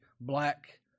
Black